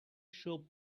shoe